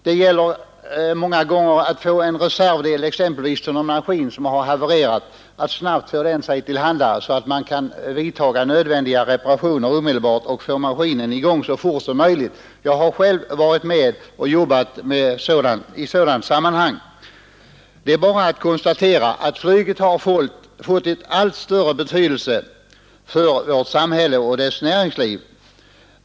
Det kan t.ex. gälla att snabbt få tag på en reservdel till en maskin som har havererat så att man kan vidta nödvändiga reparationer och därmed få maskinen att fungera så fort som möjligt. Jag har själv arbetat i sådant sammanhang. Det är bara att konstatera att flyget har fått en allt större betydelse för vårt samhälle och dess näringsliv.